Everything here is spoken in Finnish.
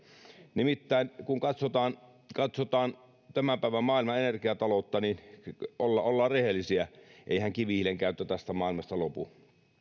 nimittäin kun katsotaan katsotaan tämän päivän maailman energiataloutta niin ollaan rehellisiä eihän kivihiilen käyttö tästä maailmasta lopu